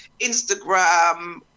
Instagram